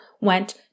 went